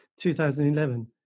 2011